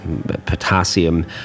potassium